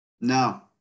no